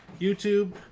YouTube